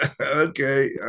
Okay